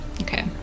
Okay